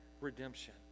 redemption